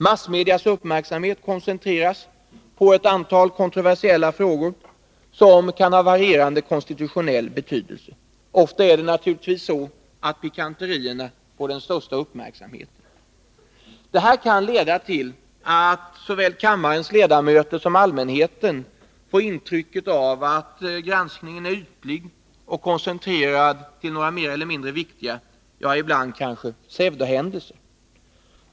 Massmedias uppmärksamhet koncentreras emellertid på ett litet antal kontroversiella frågor, som kan ha varierande konstitutionell betydelse. Ofta är det pikanterierna som får den största uppmärksamheten. Detta kan leda till att såväl kammarens ledamöter som allmänheten får intrycket att granskningen är ytlig och koncentrerad till några mer eller mindre viktiga händelser, ja, kanske ibland pseudohändelser.